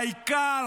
העיקר